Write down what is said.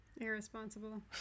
Irresponsible